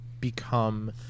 become